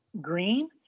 Green